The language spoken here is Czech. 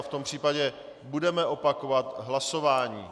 V tom případě budeme opakovat hlasování.